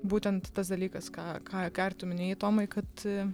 būtent tas dalykas ką ką ką ir tu minėjai tomai kad